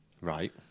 right